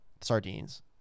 Sardines